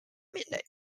midnight